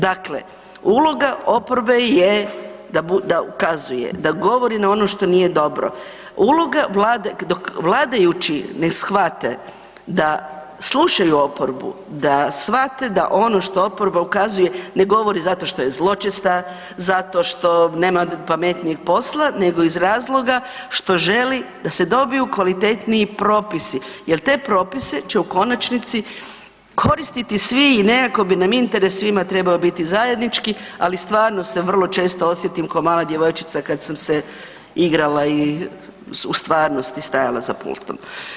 Dakle, uloga oporbe je da ukazuje, da govori na ono što nije dobro, uloga Vlade, dok vladajući ne shvate da slušaju oporbu, da shvate da ono što oporba ukazuje ne govori zato što je zločesta, zato što nema pametnijeg posla, nego iz razloga što želi da se dobiju kvalitetniji propisi jel te propise će u konačnici koristiti svi i nekako bi nam interes svima trebao biti zajednički, ali stvarno se vrlo često osjetim ko mala djevojčica kad sam se igrala i u stvarnosti stajala za pultom.